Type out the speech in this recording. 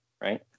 right